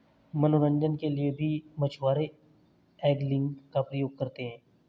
मनोरंजन के लिए भी मछुआरे एंगलिंग का प्रयोग करते हैं